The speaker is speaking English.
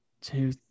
two